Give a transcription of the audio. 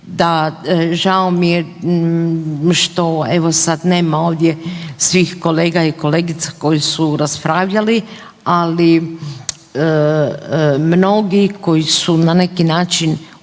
da, žao mi je što evo sad nema ovdje svih kolega i kolegica koji su raspravljali, ali mnogi koji su na neki način uputili